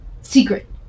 Secret